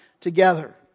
together